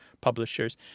publishers